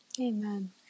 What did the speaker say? Amen